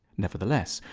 nevertheless,